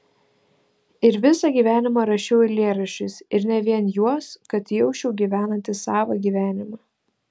ir visą gyvenimą rašiau eilėraščius ir ne vien juos kad jausčiau gyvenantis savą gyvenimą